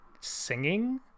singing